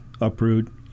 uproot